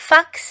Fox